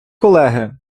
колеги